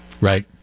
right